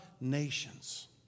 nations